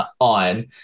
on